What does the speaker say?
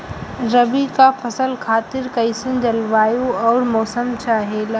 रबी क फसल खातिर कइसन जलवाय अउर मौसम चाहेला?